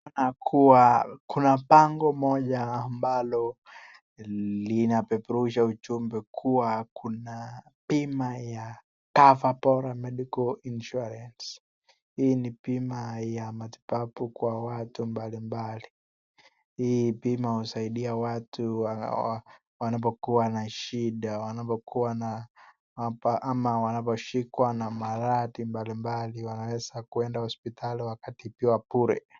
Kuwa kuna bango moja ambalo linapeperusha ujumbe kuwa kuna bima ya Cover Bora Medical Insurance. Hii ni bima ya matibabu kwa watu mbalimbali. Hii bima husaidia watu wanapokuwa na shida, wanapokuwa na mapaa ama wanaposhikwa na maradhi mbalimbali wanaweza kwenda hospitali wakatibiwa bure.